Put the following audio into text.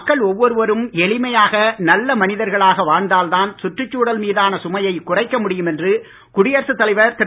மக்கள் ஒவ்வொருவரும் எளிமையாக நல்ல மனிதர்களாக வாழ்ந்தால் தான் சுற்றுச் சூழல் மீதான சுமையை குறைக்க முடியும் என்று குடியரசுத் தலைவர் திரு